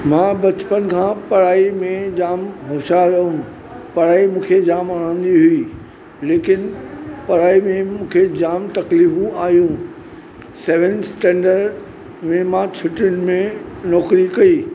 मां बचपन खां पढ़ाई में जामु हुशियारु हुयुमि पढ़ाई मूंखे जामु वणंदी हुई लेकिन पढ़ाई में मूंखे जामु तकलीतफ़ूं आयूं सेविन्थ स्टेंडर में मां छुटियुनि में नौकिरी कई